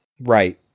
Right